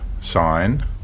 sign